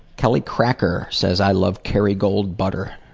kelly cracker says i love kerrygold butter.